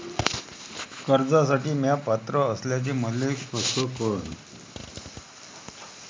कर्जसाठी म्या पात्र असल्याचे मले कस कळन?